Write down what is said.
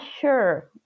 sure